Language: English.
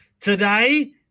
today